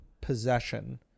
possession